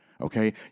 Okay